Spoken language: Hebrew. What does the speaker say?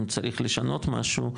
אם צריך לשנות משהו,